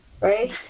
right